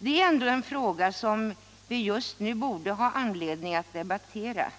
Det är ändå en fråga som vi just nu borde ha anledning att debattera,